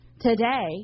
Today